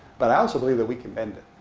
but i also believe that we can bend it.